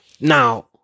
now